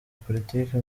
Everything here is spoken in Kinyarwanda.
politiki